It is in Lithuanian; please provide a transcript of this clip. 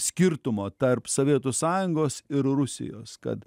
skirtumo tarp sovietų sąjungos ir rusijos kad